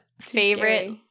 favorite